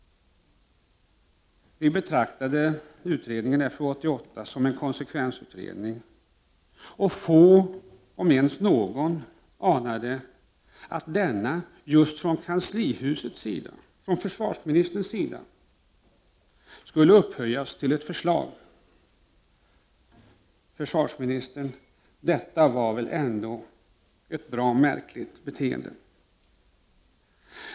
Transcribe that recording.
Vi betraktade utredningen FU 88 som en konsekvensutredning. Få — om ens någon — anade att försvarsministern skulle upphöja denna utredning till ett förslag. Försvarsministern, nog var väl detta ändå ett märkligt beteende!